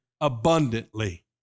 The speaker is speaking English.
abundantly